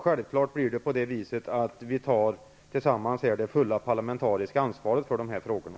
Självklart skall vi ta det fulla parlamentariska ansvaret för de här frågorna.